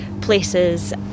places